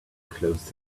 closed